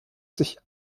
sich